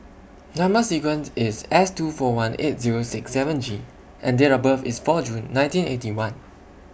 Number sequence IS S two four one eight Zero six seven G and Date of birth IS four June nineteen Eighty One